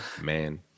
Man